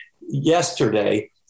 yesterday